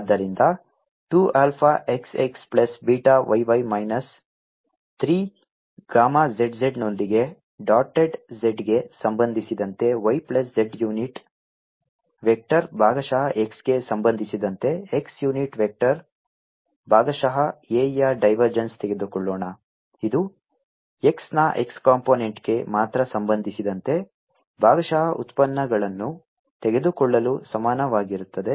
ಆದ್ದರಿಂದ 2 alpha xx plus beta yy minus 3 gamma zz ನೊಂದಿಗೆ dotted z ಗೆ ಸಂಬಂಧಿಸಿದಂತೆ y plus z unit vector ಭಾಗಶಃ x ಗೆ ಸಂಬಂಧಿಸಿದಂತೆ x ಯುನಿಟ್ ವೆಕ್ಟರ್ ಭಾಗಶಃ A ಯ ಡೈವರ್ಜೆನ್ಸ್ ತೆಗೆದುಕೊಳ್ಳೋಣ ಇದು x ನ x ಕಂಪೋನೆಂಟ್ಕ್ಕೆ ಮಾತ್ರ ಸಂಬಂಧಿಸಿದಂತೆ ಭಾಗಶಃ ಉತ್ಪನ್ನಗಳನ್ನು ತೆಗೆದುಕೊಳ್ಳಲು ಸಮಾನವಾಗಿರುತ್ತದೆ